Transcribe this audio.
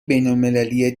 بینالمللی